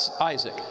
Isaac